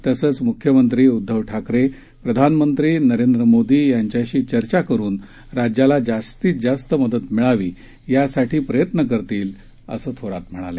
तसंच मुख्यमंत्री उद्दव ठाकरे प्रधानमंत्री नरेंद्र मोदी यांच्याशी चर्चा करुन राज्याला जास्तीत जास्त मदत मिळावी यासाठी प्रयत्न करतील असं थोरात म्हणाले